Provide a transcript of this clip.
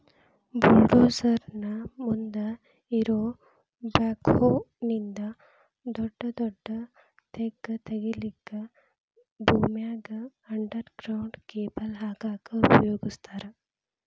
bulldozer ನ ಮುಂದ್ ಇರೋ ಬ್ಯಾಕ್ಹೊ ನಿಂದ ದೊಡದೊಡ್ಡ ತೆಗ್ಗ್ ತಗಿಲಿಕ್ಕೆ ಭೂಮ್ಯಾಗ ಅಂಡರ್ ಗ್ರೌಂಡ್ ಕೇಬಲ್ ಹಾಕಕ್ ಉಪಯೋಗಸ್ತಾರ